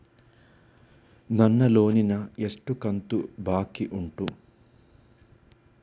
ನನ್ನ ಲೋನಿನ ಎಷ್ಟು ಕಂತು ಬಾಕಿ ಉಂಟು?